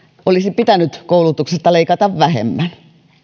olisi pitänyt koulutuksesta leikata vähemmän